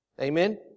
Amen